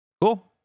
Cool